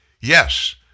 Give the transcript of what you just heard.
yes